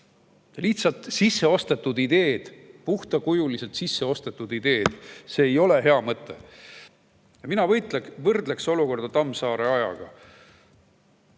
Lihtsalt sisse ostetud ideed, puhtakujuliselt sisse ostetud ideed – see ei ole hea mõte. Mina võrdleks olukorda Tammsaare ajaga.